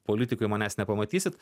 politikoj manęs nepamatysit